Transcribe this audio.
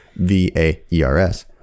VAERS